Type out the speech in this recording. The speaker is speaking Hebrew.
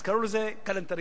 אז קראו לזה כלנתריזם.